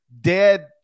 dead